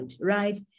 right